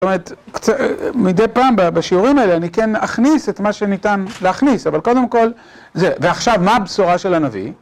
זאת אומרת, מדי פעם בשיעורים האלה אני כן אכניס את מה שניתן להכניס, אבל קודם כל זה. ועכשיו, מה הבשורה של הנביא?